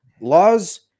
laws